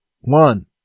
one